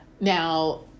Now